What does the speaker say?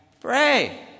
pray